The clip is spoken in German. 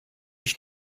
ich